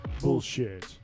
bullshit